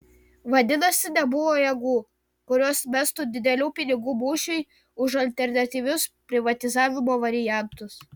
vadinasi nebuvo jėgų kurios mestų didelių pinigų mūšiui už alternatyvius privatizavimo variantus